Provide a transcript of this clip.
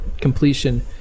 completion